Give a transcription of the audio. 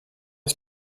est